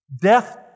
Death